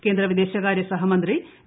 കേന്ദ്ര വിദേശകാരൃ സഹമന്ത്രി വി